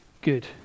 Good